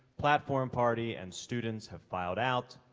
platform party, and students have filed out,